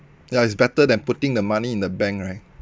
ya it's better than putting the money in the bank right